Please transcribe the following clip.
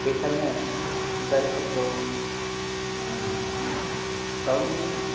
बेखायनो जायफोरखौ गावनि